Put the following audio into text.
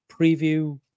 Preview